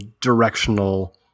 directional